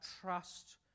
trust